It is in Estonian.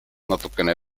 natukene